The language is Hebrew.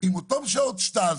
עם אותן שעות סטאז'.